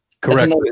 Correct